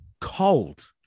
cold